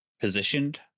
positioned